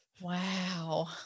wow